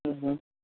ہوں ہوں